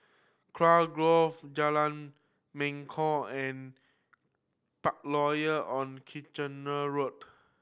Kurau Grove Jalan Mangkok and Parkroyal on Kitchener Road